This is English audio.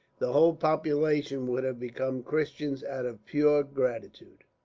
the whole population would have become christians, out of pure gratitude.